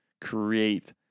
create